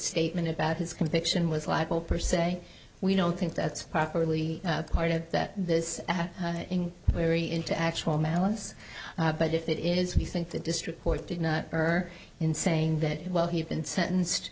statement about his conviction was libel per se we don't think that's properly part of that this very into actual malice but if it is we think the district court did not urge in saying that well he had been sentenced